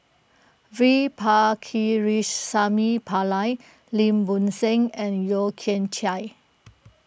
V Pakirisamy Pillai Lim Bo Seng and Yeo Kian Chye